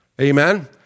Amen